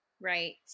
right